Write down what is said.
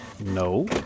no